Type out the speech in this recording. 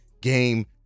game